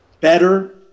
better